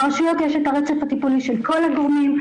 ברשויות יש את הרצף הטיפולי של כל הגורמים,